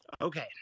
Okay